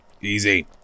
Easy